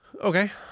Okay